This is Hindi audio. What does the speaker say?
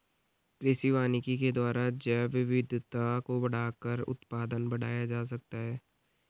कृषि वानिकी के द्वारा जैवविविधता को बढ़ाकर उत्पादन बढ़ाया जा सकता है